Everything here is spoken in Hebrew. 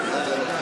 טרומית.